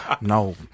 No